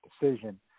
decision